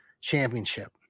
championship